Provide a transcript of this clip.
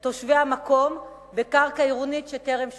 תושבי המקום בקרקע עירונית שטרם שווקה.